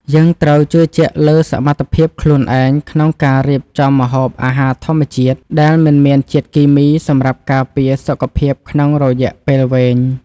យើងត្រូវជឿជាក់លើសមត្ថភាពខ្លួនឯងក្នុងការរៀបចំម្ហូបអាហារធម្មជាតិដែលមិនមានជាតិគីមីសម្រាប់ការពារសុខភាពក្នុងរយៈពេលវែង។